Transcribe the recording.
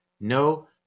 no